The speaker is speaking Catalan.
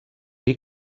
dir